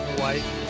white